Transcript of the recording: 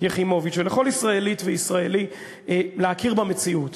יחימוביץ ולכל ישראלית וישראלי להכיר במציאות.